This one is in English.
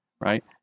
right